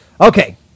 okay